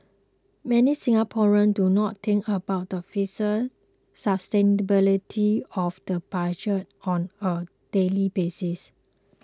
many Singaporeans do not think about the fiscal sustainability of the budget on a daily basis